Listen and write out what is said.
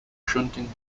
shunting